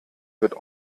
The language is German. wird